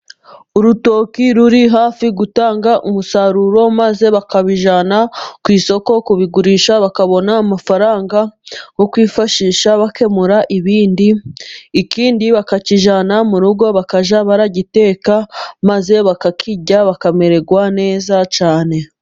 Urutoki ruri hafi gutanga umusaruro, maze bakabijyana ku isoko kubigurisha , bakabona amafaranga yo kwifashisha bakemura ibindi. Ikindi bakakijyana mu rugo bakajya baragiteka maze bakakijya bakamererwa neza cyane.